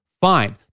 Fine